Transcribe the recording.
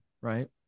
Right